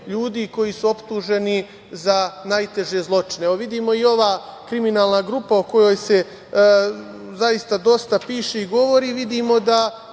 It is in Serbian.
ljudi koji su optuženi za najteže zločine. Evo, vidimo i ova kriminalna grupa o kojoj se zaista dosta piše i govori, vidimo da